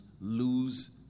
lose